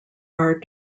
are